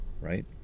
Right